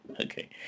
Okay